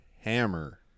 hammer